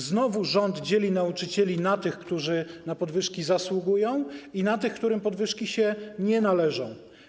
Rząd znowu dzieli nauczycieli na tych, którzy na podwyżki zasługują, i na tych, którym podwyżki się nie należą.